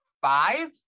five